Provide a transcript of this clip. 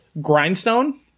Grindstone